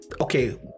okay